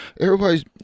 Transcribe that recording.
everybody's